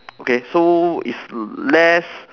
okay so it's less